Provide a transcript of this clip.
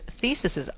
theses